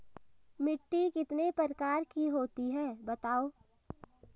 मिट्टी कितने प्रकार की होती हैं बताओ?